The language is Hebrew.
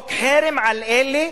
חוק חרם על אלה